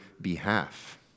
behalf